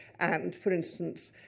and, for instance,